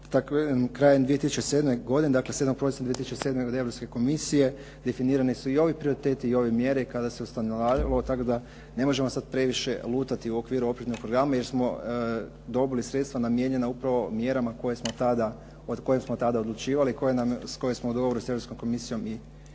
krajem 2007. godine, dakle …/Govornik se ne razumije./… 2007. od Europske komisije definirani su i ovi prioriteti i ove mjere kada se ustanovljavalo. Tako da ne možemo sad previše lutati u okviru operativnog programa jer smo dobili sredstva namijenjena upravo mjerama o kojim smo tada odlučivali, s kojim smo u dogovoru sa Europskom komisijom i definirali.